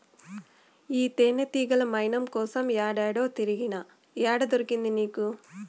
ఈ తేనెతీగల మైనం కోసం ఏడేడో తిరిగినా, ఏడ దొరికింది నీకు